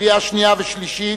קריאה שנייה ושלישית.